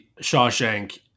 Shawshank